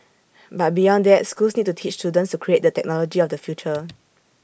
but beyond that schools need to teach students to create the technology of the future